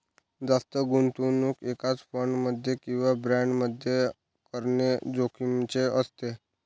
जास्त गुंतवणूक एकाच फंड मध्ये किंवा बॉण्ड मध्ये करणे जोखिमीचे असते